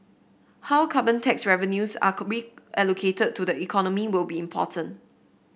how carbon tax revenues are cold reallocated to the economy will be important